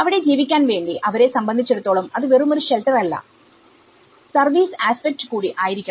അവിടെ ജീവിക്കാൻ വേണ്ടി അവരെ സംബന്ധിച്ചെടുത്തോളം അത് വെറുമൊരു ഷെൽട്ടർ അല്ലസർവീസ് ആസ്പെക്ട്കൂടി ആയിരിക്കണം